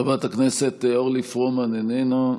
חברת הכנסת אורלי פרומן, איננה.